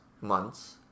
months